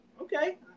okay